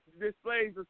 displays